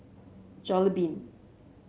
jollibean